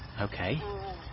Okay